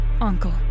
Uncle